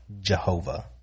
Jehovah